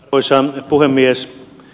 arvoisa puhemies